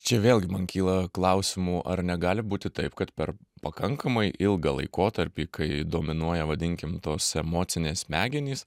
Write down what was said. čia vėlgi man kyla klausimų ar negali būti taip kad per pakankamai ilgą laikotarpį kai dominuoja vadinkim tos emocinės smegenys